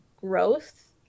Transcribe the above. growth